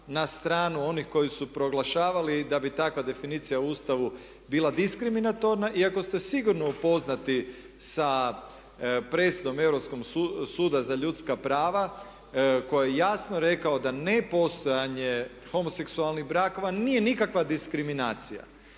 na stranu onih koji su proglašavali da bi takva definicija u Ustavu bila diskriminatorna ikako ste sigurno upoznati sa presudom Europskog suda za ljudska prava koji je jasno rekao da ne postojanje homoseksualnih brakova nije nikakva diskriminacija.